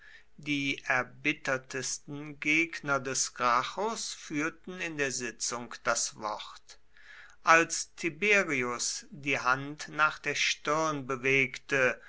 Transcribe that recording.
die erbittertsten gegner des gracchus führten in der sitzung das wort als tiberius die hand nach der stirn bewegte